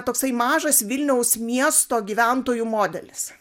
toksai mažas vilniaus miesto gyventojų modelis